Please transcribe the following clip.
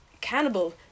Cannibal